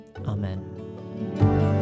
Amen